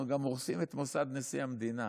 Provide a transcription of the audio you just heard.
אנחנו גם הורסים את מוסד נשיא המדינה.